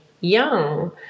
young